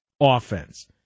offense